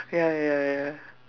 ya ya ya ya ya